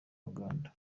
uganda